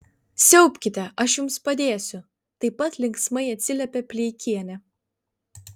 siaubkite aš jums padėsiu taip pat linksmai atsiliepė pleikienė